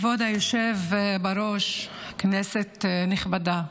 כבוד היושב בראש, כנסת נכבדה,